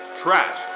Trash